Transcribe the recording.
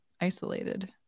isolated